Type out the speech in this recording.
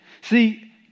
See